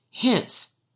Hence